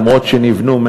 למרות שנבנו,